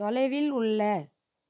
தொலைவில் உள்ள